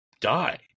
die